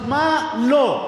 לא,